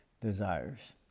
desires